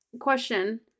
question